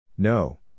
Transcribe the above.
No